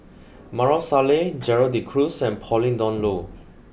Maarof Salleh Gerald De Cruz and Pauline Dawn Loh